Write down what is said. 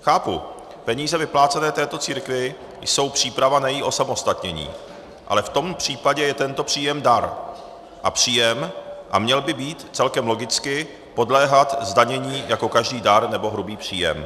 Chápu, peníze vyplácené této církvi jsou přípravou na její osamostatnění, ale v tom případě je tento příjem dar a měl by celkem logicky podléhat zdanění jako každý dar nebo hrubý příjem.